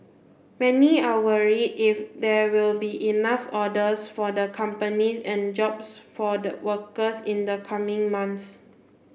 many are worried if there will be enough orders for the companies and jobs for the workers in the coming months